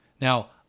Now